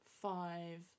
Five